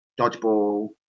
dodgeball